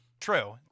True